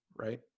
right